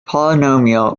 polynomial